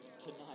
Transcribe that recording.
tonight